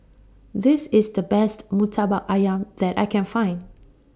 This IS The Best Murtabak Ayam that I Can Find